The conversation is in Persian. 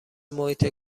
محیط